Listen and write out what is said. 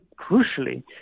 crucially